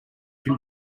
can